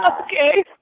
okay